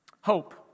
Hope